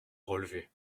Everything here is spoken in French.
relever